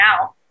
now